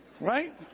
Right